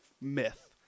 myth